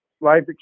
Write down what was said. life